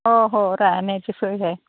हो हो राहण्याची सोय आहे